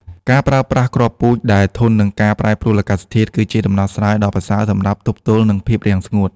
ការប្រើប្រាស់គ្រាប់ពូជដែលធន់នឹងការប្រែប្រួលអាកាសធាតុ គឺជាដំណោះស្រាយដ៏ប្រសើរសម្រាប់ទប់ទល់នឹងភាពរាំងស្ងួត។